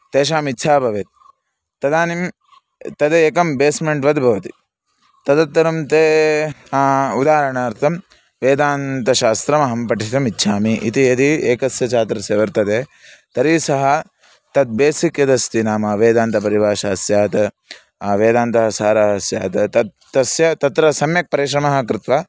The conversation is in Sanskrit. तेषाम् इच्छा भवेत् तदानीं तदेकं बेस्मेण्ट् वत् भवति तदुत्तरं ते उदाहरणार्थं वेदान्तशास्त्रमहं पठितुम् इच्छामि इति यदि एकस्य छात्रस्य वर्तते तर्हि सः तत् बेसिक् यदस्ति नाम वेदान्तपरिभाषा स्यात् वेदान्तसारः स्यात् तत् तस्य तत्र सम्यक् परिश्रमः कृत्वा